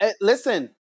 Listen